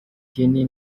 tiny